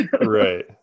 Right